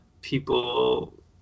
people